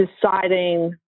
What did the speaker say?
deciding